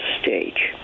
stage